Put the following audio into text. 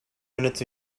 minutes